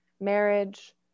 marriage